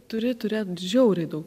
turi turėt žiauriai daug